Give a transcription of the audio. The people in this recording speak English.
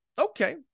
Okay